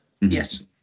Yes